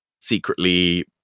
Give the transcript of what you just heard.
secretly